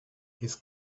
his